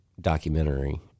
documentary